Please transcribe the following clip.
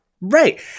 right